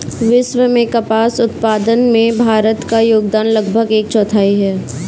विश्व के कपास उत्पादन में भारत का योगदान लगभग एक चौथाई है